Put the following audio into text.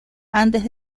antes